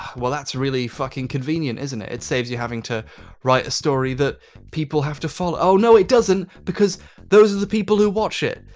well, that's really fucking convenient isn't it? it saves you having to write a story that people have to follow. oh, no, it doesn't! because those are the people who watch it.